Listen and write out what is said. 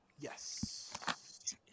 Yes